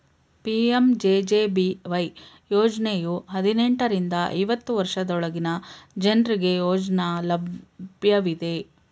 PMJJBY ಯೋಜ್ನಯು ಹದಿನೆಂಟು ರಿಂದ ಐವತ್ತು ವರ್ಷದೊಳಗಿನ ಜನ್ರುಗೆ ಯೋಜ್ನ ಲಭ್ಯವಿದೆ